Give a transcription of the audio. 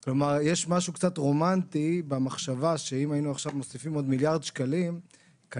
יש משהו קצת רומנטי במחשבה שאילו הינו מוסיפים עכשיו כנראה